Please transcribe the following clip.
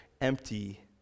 empty